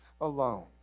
alone